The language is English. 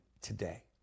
today